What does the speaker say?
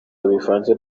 bivanze